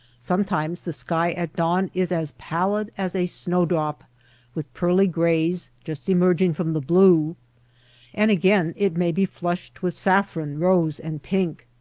sometimes the sky at dawn is as pallid as a snow drop with pearly grays just emerging from the blue and again it may be flushed with saffron, rose, and pink.